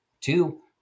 two